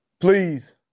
Please